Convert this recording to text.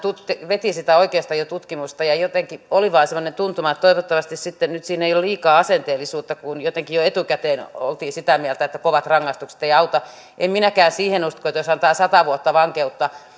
veti sitä oikeustajututkimusta ja jotenkin oli vain semmoinen tuntuma että toivottavasti sitten nyt siinä ei ole liikaa asenteellisuutta kun jotenkin jo etukäteen oltiin sitä mieltä että kovat rangaistukset eivät auta en minäkään siihen usko että se jos antaa sata vuotta vankeutta